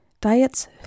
diets